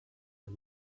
man